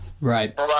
right